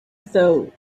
thought